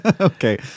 Okay